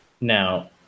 Now